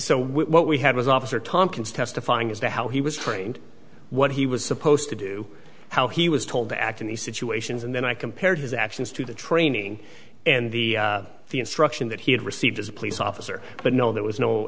so what we had was officer tompkins testifying as to how he was trained what he was supposed to do how he was told to act in these situations and then i compared his actions to the training and the the instruction that he had received as a police officer but no there was no